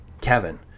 Kevin